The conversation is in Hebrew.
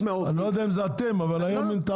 אני לא יודע אם זה אתם, אבל זה היה מטעמכם.